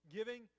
Giving